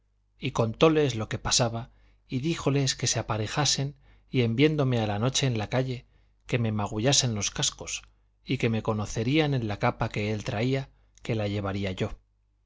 y contóles lo que pasaba y díjoles que se aparejasen y en viéndome a la noche en la calle que me magullasen los cascos y que me conocerían en la capa que él traía que la llevaría yo